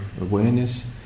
awareness